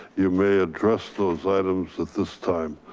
you may address those items at this time.